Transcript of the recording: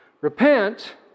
Repent